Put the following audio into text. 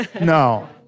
No